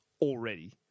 already